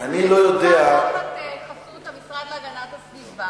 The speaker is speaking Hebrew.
צריכה להתקיים בחוק הגנת הצרכן,